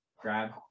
grab